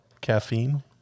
caffeine